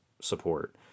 support